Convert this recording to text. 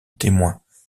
témoins